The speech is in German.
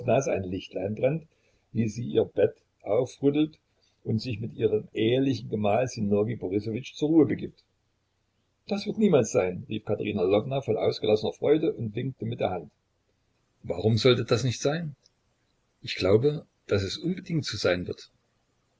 ein lichtlein brennt wie sie ihr bett aufrüttelt und sich mit ihrem ehelichen gemahl sinowij borissowitsch zur ruhe begibt das wird niemals sein rief katerina lwowna voll ausgelassener freude und winkte mit der hand warum sollte das nicht sein ich glaube daß es unbedingt so sein wird